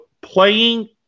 playing